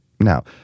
Now